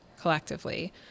collectively